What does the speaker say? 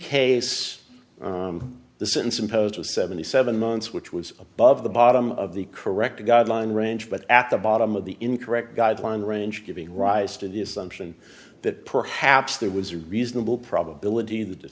was seventy seven months which was above the bottom of the correct guideline range but at the bottom of the incorrect guideline range giving rise to the assumption that perhaps there was a reasonable probability that th